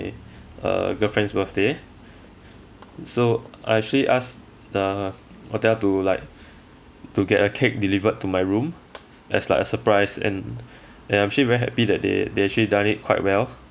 err girlfriend's birthday so I actually ask the hotel to like to get a cake delivered to my room as like a surprise and I'm actually very happy that they they actually done it quite well